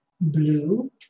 Blue